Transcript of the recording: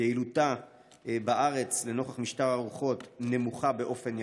יעילותה בארץ לנוכח משטר הרוחות נמוכה באופן יחסי,